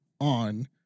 on